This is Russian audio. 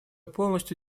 полностью